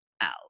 out